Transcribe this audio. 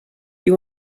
you